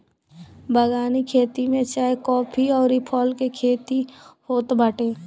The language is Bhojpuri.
बगानी खेती में चाय, काफी अउरी फल के खेती होत बाटे